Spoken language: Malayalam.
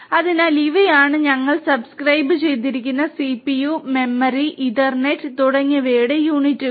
അതിനാൽ ഇവയാണ് ഞങ്ങൾ സബ്സ്ക്രൈബുചെയ്തിരിക്കുന്ന സിപിയു മെമ്മറി ഇഥർനെറ്റ് തുടങ്ങിയവയുടെ യൂണിറ്റുകൾ